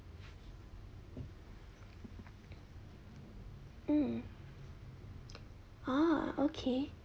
mm ah okay